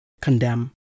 condemn